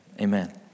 Amen